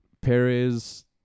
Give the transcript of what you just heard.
Perez